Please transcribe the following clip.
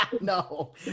no